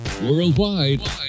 Worldwide